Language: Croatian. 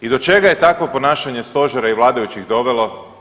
I do čega je takvo ponašanje Stožera i vladajućih dovelo?